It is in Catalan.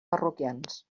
parroquians